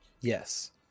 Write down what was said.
Yes